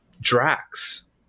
Drax